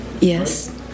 Yes